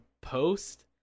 post